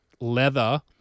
leather